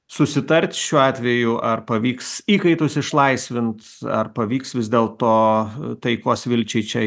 susitarti šiuo atveju ar pavyks įkaitus išlaisvint ar pavyks vis dėlto taikos vilčiai čia